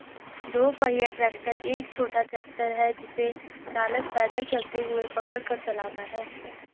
दो पहिया ट्रैक्टर एक छोटा ट्रैक्टर है जिसे चालक पैदल चलते हुए पकड़ कर चलाता है